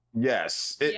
Yes